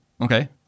Okay